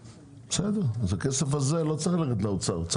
אז הכסף הזה לא צריך ללכת לאוצר אלא